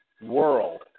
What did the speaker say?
world